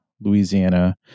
Louisiana